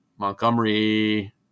montgomery